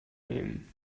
nehmen